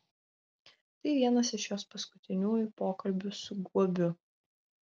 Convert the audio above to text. tai vienas iš jos paskutiniųjų pokalbių su guobiu